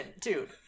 dude